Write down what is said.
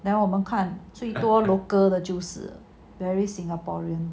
then 我们看最多 local 的就是 very singaporean